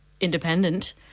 independent